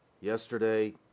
Yesterday